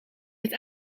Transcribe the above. het